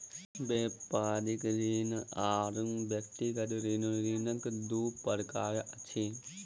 व्यापारिक ऋण आर व्यक्तिगत ऋण, ऋणक दू प्रकार अछि